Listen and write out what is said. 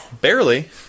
Barely